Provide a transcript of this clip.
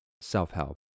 self-help